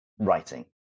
writing